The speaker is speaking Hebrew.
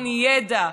ידע,